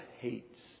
hates